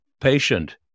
patient